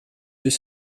deux